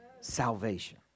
Salvation